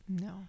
No